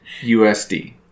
USD